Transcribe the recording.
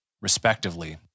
respectively